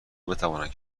بتوانند